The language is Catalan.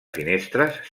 finestres